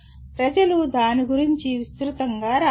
ప్రజలు దాని గురించి విస్తృతంగా రాశారు